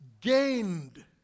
gained